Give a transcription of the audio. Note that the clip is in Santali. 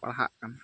ᱯᱟᱲᱦᱟᱜ ᱠᱟᱱᱟ